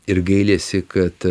ir gailisi kad